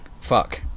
Fuck